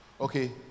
Okay